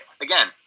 again